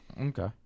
okay